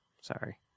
Sorry